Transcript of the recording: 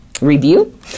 review